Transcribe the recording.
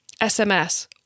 SMS